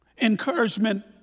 Encouragement